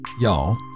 y'all